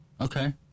Okay